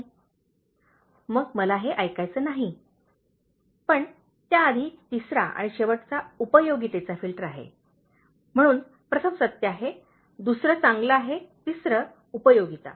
" मग मला हे ऐकायचे नाही पण त्याआधी तिसरा आणि "शेवटचा उपयोगिताचा फिल्टर" आहे म्हणून प्रथम सत्य आहे दुसरे चांगले आहे तिसरे म्हणजे उपयोगिता